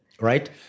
Right